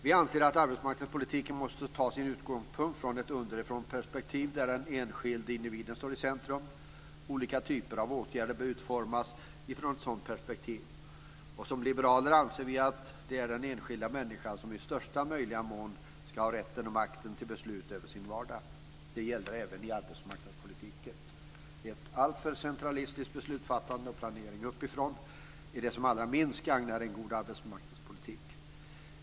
Vi anser att arbetsmarknadspolitiken måste ha ett underifrånperspektiv där den enskilda individen står i centrum. Olika typer av åtgärder bör utformas utifrån ett sådant perspektiv. Som liberaler anser vi att det är den enskilda människan som i största möjliga mån ska ha rätten och makten att fatta beslut om sin vardag. Det gäller även i arbetsmarknadspolitiken. Ett alltför centralistiskt beslutsfattande och en planering uppifrån är det som allra minst gagnar en god arbetsmarknadspolitik.